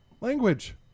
language